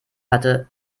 hatte